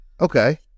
Okay